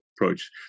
approach